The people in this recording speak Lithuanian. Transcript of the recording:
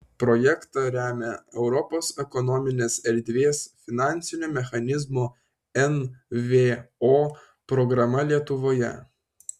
projektą remia europos ekonominės erdvės finansinio mechanizmo nvo programa lietuvoje